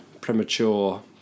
premature